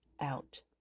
out